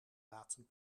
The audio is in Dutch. laten